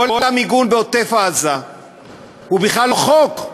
כל המיגון בעוטף-עזה הוא בכלל לא בחוק.